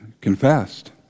confessed